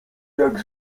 jak